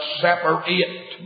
separate